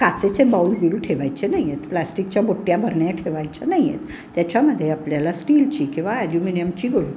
काचेचे बाऊल बिऊल ठेवायचे नाही आहेत प्लास्टिकच्या बुट्या बरण्या ठेवायच्या नाही आहेत त्याच्यामध्ये आपल्याला स्टीलची किंवा ॲल्युमिनियमची गुळ